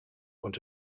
und